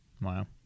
Wow